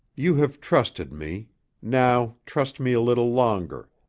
you have trusted me now, trust me a little longer.